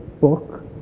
book